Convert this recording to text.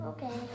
Okay